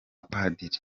padiri